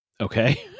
Okay